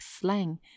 slang